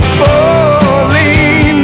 falling